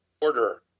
order